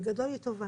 בגדול היא טובה.